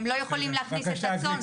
הם לא יכולים להכניס את הצאן.